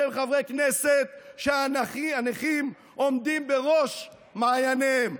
שהם חברי כנסת שהנכים בראש מעייניהם.